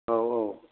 औ औ